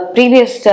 Previous